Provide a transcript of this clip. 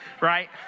Right